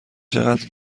چقدر